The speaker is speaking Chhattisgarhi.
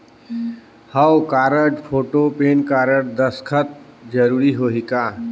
हव कारड, फोटो, पेन कारड, दस्खत जरूरी होही का?